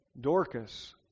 Dorcas